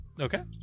Okay